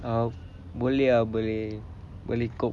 um boleh ah boleh boleh cope